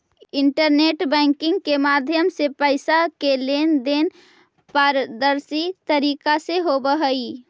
internet banking के माध्यम से पैइसा के लेन देन पारदर्शी तरीका से होवऽ हइ